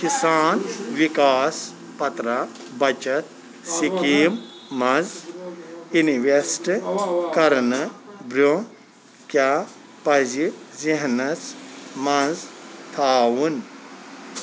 کِسان وِکاس پترٛا بَچت سکیٖم منٛز اینویسٹہٕ کرنہٕ برٛونٛہہ کیٛاہ پزِ ذہنَس منٛز تھاوُن